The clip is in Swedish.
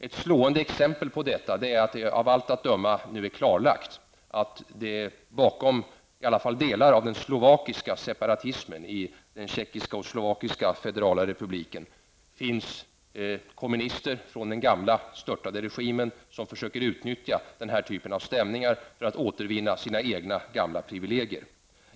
Ett slående exempel på detta är att det av allt att döma nu är klarlagt att det bakom i alla fall delar av den slovakiska separatismen i den tjeckiska och slovakiska federala republiken finns kommunister från den gamla störtade regimen som försöker utnyttja den här typen av stämningar för att återvinna sina egna gamla privilegier.